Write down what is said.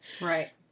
Right